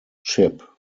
chip